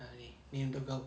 ah ni ni untuk kau